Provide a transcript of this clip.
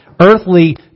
earthly